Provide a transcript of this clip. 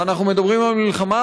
אנחנו מדברים על מלחמה,